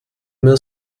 mehr